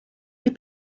les